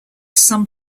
some